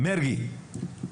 מרגי.